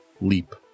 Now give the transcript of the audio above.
leap